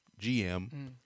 GM